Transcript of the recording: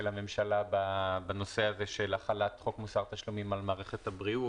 הממשלה בנושא של החלת חוק מוסר תשלומים על מערכת הבריאות,